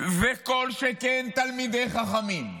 "וכל שכן תלמידי חכמים".